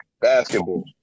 basketball